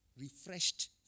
Refreshed